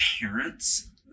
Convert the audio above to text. parents